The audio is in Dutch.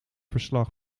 verslag